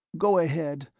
go ahead,